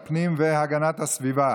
ביומטריים מזרים והפקת נתוני זיהוי ביומטריים),